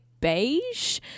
beige